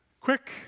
Quick